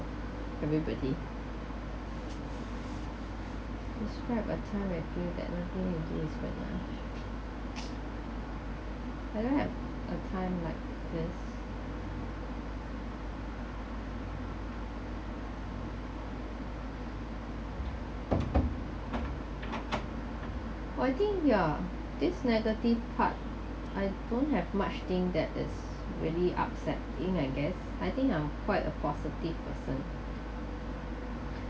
everybody describe a time when you feel that nothing you do is enough I don't have a time like this well I think ya this negative part I don't have much thing that is really upset me I guess I think I'm quite a positive person